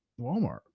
Walmart